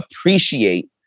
appreciate